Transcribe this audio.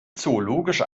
zoologische